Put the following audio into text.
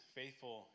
faithful